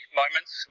moments